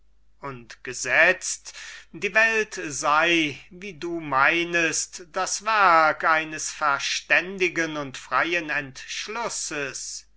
und gesetzt die welt sei wie du meinest das werk eines verständigen und freien entschlusses